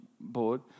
board